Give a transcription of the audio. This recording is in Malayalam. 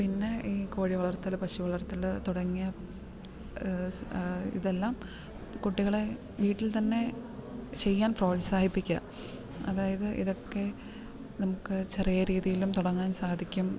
പിന്നെ ഈ കോഴി വളർത്തൽ പശു വളർത്തൽ തുടങ്ങിയ സ് ഇതെല്ലാം കുട്ടികളെ വീട്ടിൽ തന്നെ ചെയ്യാൻ പ്രോത്സാഹിപ്പിക്കുക അതായത് ഇതൊക്കെ നമുക്ക് ചെറിയ രീതീലും തുടങ്ങാൻ സാധിക്കും